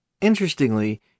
Interestingly